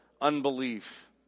unbelief